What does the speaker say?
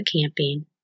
camping